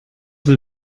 will